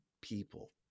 people